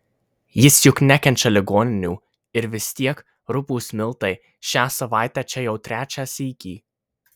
jis juk nekenčia ligoninių ir vis tiek rupūs miltai šią savaitę čia jau trečią sykį